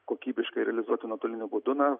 kokybiškai realizuoti nuotoliniu būdu na